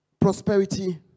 Prosperity